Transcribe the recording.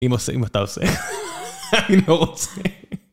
אם עושה, אם אתה עושה. אני לא רוצה.